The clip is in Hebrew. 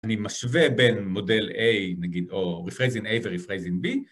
אני משווה בין מודל A, נגיד, או Refraising A וRefraising B